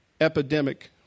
epidemic